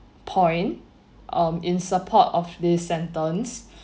point um in support of this sentence